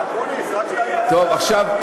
עכשיו,